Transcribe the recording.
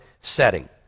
setting